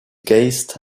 gazed